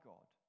God